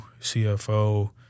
CFO